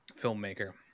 filmmaker